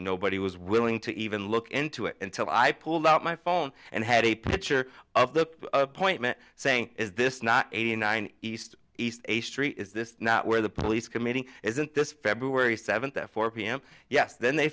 nobody was willing to even look into it until i pulled out my phone and had a picture of the appointment saying is this not eighty nine east east a street is this not where the police committing isn't this february seventh at four p m yes then they